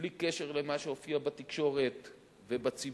בלי קשר למה שהופיע בתקשורת ובציבור,